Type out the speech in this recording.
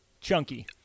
Chunky